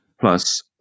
Plus